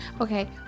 Okay